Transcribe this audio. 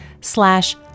slash